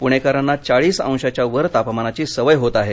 पुणेकरांना चाळीस अंशांच्या वर तापमानाची सवय होते आहे